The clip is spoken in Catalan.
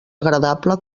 agradable